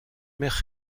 mère